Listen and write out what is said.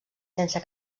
sense